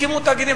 הקימו תאגידים,